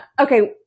Okay